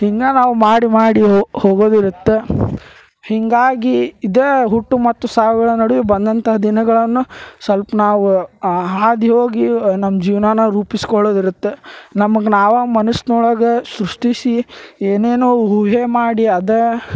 ಹಿಂಗೆ ನಾವು ಮಾಡಿ ಮಾಡಿ ಹೋಗೋದಿರತ್ತೆ ಹೀಗಾಗಿ ಇದಾ ಹುಟ್ಟು ಮತ್ತು ಸಾವುಗಳ ನಡುವೆ ಬಂದಂಥ ದಿನಗಳನ್ನು ಸೊಲ್ಪ ನಾವು ಹಾದಿ ಹೋಗಿ ನಮ್ಮ ಜೀವ್ನವನ್ನ ರೂಪಿಸ್ಕೊಳ್ಳೊದಿರತ್ತೆ ನಮ್ಗೆ ನಾವು ಮನಸ್ನೊಳಗೆ ಸೃಷ್ಟಿಸಿ ಏನೇನೋ ಊಹೆ ಮಾಡಿ ಅದಾ